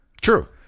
True